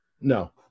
No